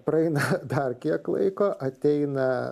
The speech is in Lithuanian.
praeina dar kiek laiko ateina